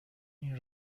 این